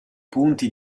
punti